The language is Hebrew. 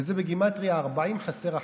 וזה בגימטרייה 40 חסר אחת.